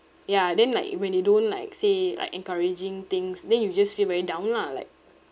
ya then like when they don't like say like encouraging things then you just feel very down lah like